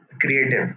creative